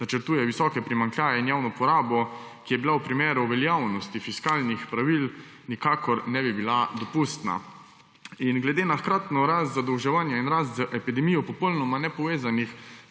načrtuje visoke primanjkljaje in javno porabo, ki v primeru veljavnosti fiskalnih pravil nikakor ne bi bila dopustna. Glede na hkratno rast zadolževanja in rast z epidemijo popolnoma nepovezanih